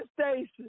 station